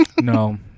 No